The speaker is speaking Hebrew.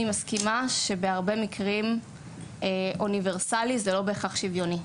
אני מסכימה שבהרבה מקרים אוניברסלי זה לא בהכרח שיוויוני.